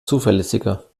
zuverlässiger